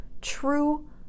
true